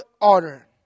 Order